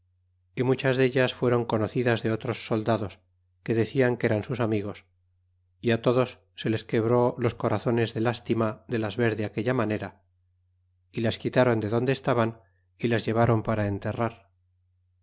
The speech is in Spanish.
y muchas dellas fueron conocidas de otros soldados que decian que eran sus amigos y á todos se les quebró los corazones de lástima de las ver de aquella manera y las quitron de donde estaban y las llevron para enterrar